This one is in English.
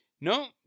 No